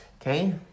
okay